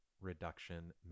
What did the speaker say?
reduction